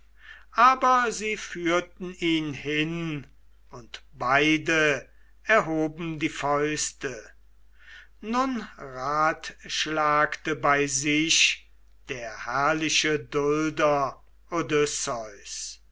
aber sie führten ihn hin und beide erhoben die fäuste nun ratschlagte bei sich der herrliche dulder